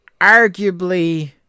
Arguably